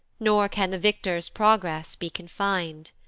nor can the victor's progress be confin'd.